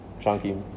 chunky